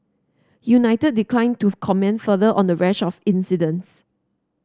united declined to comment further on the rash of incidents